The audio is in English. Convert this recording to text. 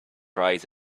rise